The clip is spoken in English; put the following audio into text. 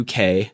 UK